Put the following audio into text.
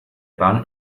bahn